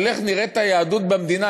איך נראית היהדות במדינה,